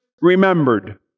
remembered